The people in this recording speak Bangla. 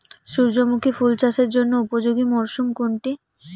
সূর্যমুখী ফুল চাষের জন্য উপযোগী মরসুম কোনটি?